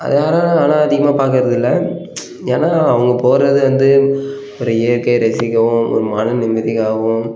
அதை யாரும்னால் ஆனால் அதிகமாக பார்க்கறதில்ல ஏன்னா அவங்க போகிறதே வந்து ஒரு இயற்கையை ரசிக்கவும் ஒரு மன நிம்மதிக்காகவும்